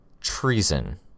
Treason